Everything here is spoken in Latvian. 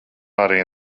arī